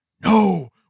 no